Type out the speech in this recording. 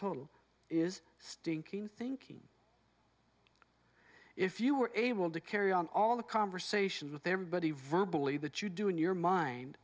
total is stinking thinking if you were able to carry on all the conversations with everybody verbally that you do in your mind